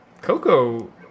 Coco